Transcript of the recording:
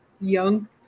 young